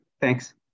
Thanks